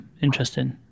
interesting